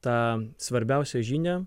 tą svarbiausią žinią